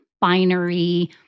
binary